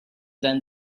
than